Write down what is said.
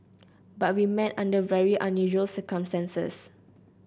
but we met under very unusual circumstances